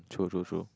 true true true